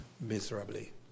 miserably